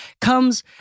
comes